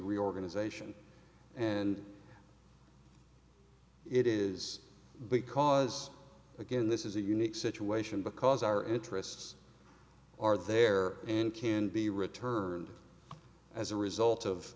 reorganization and it is because again this is a unique situation because our interests are there and can be returned as a result of